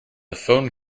phone